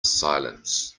silence